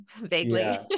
vaguely